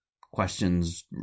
questions